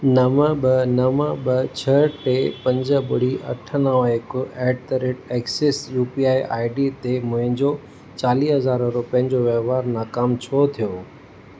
नव ॿ नव ॿ छ टे पंज ॿुड़ी अठ नव हिकु at the rate Axis U P I I D ते मुंहिंजो चालीह हज़ार रुपियनि जो व्यव्हारु नाकाम छो थियो